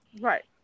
right